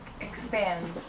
expand